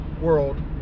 world